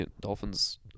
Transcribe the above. dolphins